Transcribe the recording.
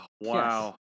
wow